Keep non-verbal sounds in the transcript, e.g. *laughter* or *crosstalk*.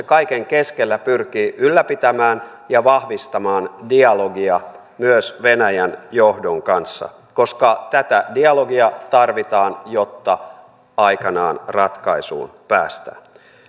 *unintelligible* kaiken keskellä pyrkivät ylläpitämään ja vahvistamaan dialogia myös venäjän johdon kanssa koska tätä dialogia tarvitaan jotta aikanaan ratkaisuun päästään